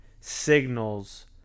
signals